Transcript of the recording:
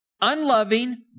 Unloving